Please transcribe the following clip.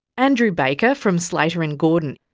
andrew baker from slater and gordon.